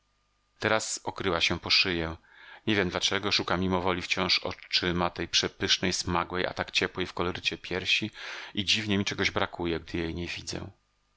teraz okryła się pod szyję nie wiem dlaczego szukam mimowoli wciąż oczyma tej przepysznej smagłej a tak ciepłej w kolorycie piersi i dziwnie mi czegoś brakuje gdy jej nie widzę